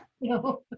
No